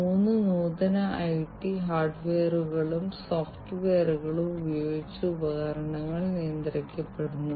അതിനാൽ വ്യാവസായിക ആപ്ലിക്കേഷനുകൾ ഉൽപ്പാദനം കൃഷി ആരോഗ്യ സംരക്ഷണം എന്നിങ്ങനെ പലതായിരിക്കാം